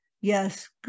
yes